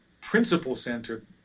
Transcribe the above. principle-centered